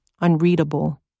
unreadable